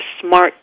smart